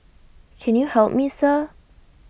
can you help me sir